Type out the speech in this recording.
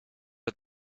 het